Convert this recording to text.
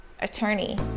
attorney